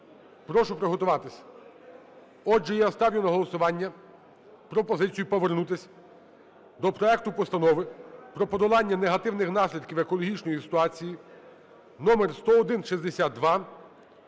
Прошу приготуватися. Отже, я ставлю на голосування пропозицію повернутися до проекту Постанови про подолання негативних наслідків екологічної ситуації (№10162).